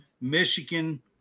Michigan